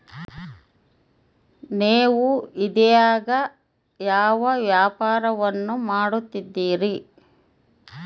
ನೇವು ಇದೇಗ ಯಾವ ವ್ಯಾಪಾರವನ್ನು ಮಾಡುತ್ತಿದ್ದೇರಿ?